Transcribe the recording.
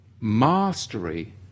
Mastery